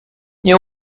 nie